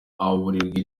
aburirwa